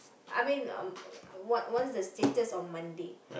I mean um what want the status on Monday